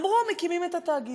אמרו שמקימים את התאגיד.